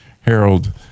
Harold